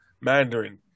Mandarin